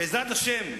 בעזרת השם,